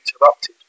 interrupted